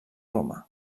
roma